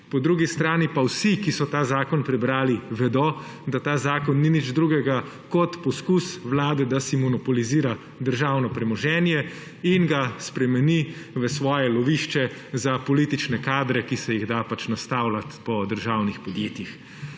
Po drugi strani pa vsi, ki so ta zakon prebrali, vedo, da ta zakon ni nič drugega kot poskus vlade, da si monopolizira državno premoženje in ga spremeni v svoje lovišče za politične kadre, ki se jih da pač nastavljati po državnih podjetjih.